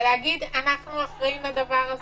ולהגיד אנחנו אחראים לדבר הזה.